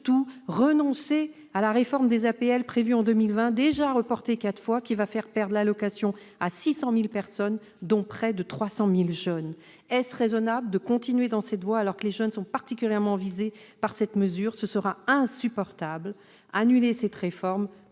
surtout renoncer à la réforme, prévue en 2020 et déjà reportée quatre fois, de l'APL, qui fera perdre l'allocation à 600 000 personnes, dont près de 300 000 jeunes. Est-il raisonnable de continuer dans cette voie, alors que les jeunes sont particulièrement visés par ce dispositif ? Ce sera insupportable. Annulez cette réforme